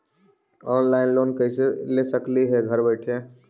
Online loan कैसे ले सकली हे घर बैठे?